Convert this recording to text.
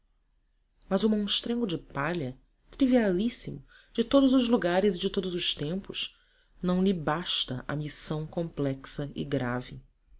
mas o mostrengo de palha trivialíssimo de todos os lugares e de todos os tempos não lhe basta à missão complexa e grave